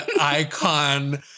Icon